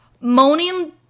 Moaning